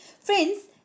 Friends